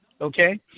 okay